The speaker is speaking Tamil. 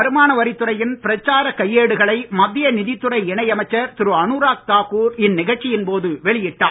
வருமான வரித்துறையின் பிரச்சார கையேடுகளை மத்திய நிதித்துறை இணை அமைச்சர் திரு அனுராக் தாக்கூர் இந் நிகழ்ச்சியின்போது வெளியிட்டார்